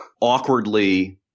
awkwardly